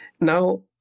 now